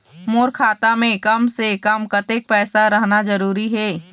मोर खाता मे कम से से कम कतेक पैसा रहना जरूरी हे?